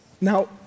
Now